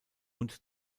und